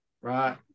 right